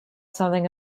something